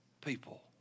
people